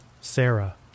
Sarah